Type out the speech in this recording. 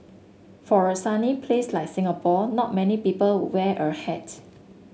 for a sunny place like Singapore not many people wear a hat